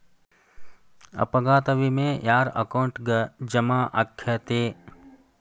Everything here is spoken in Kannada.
ಅಪಘಾತ ವಿಮೆ ಯಾರ್ ಅಕೌಂಟಿಗ್ ಜಮಾ ಆಕ್ಕತೇ?